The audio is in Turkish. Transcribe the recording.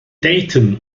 dayton